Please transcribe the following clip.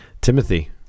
Timothy